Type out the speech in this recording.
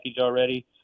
already